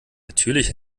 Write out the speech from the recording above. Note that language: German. natürlich